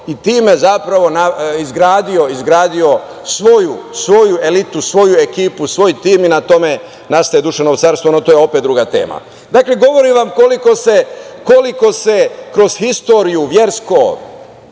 i time izgradio svoju elitu, svoju ekipu, svoj tim i na tome nastaje Dušanovo carstvo. To je opet druga tema. Dakle, govorim vam koliko kroz istoriju versko,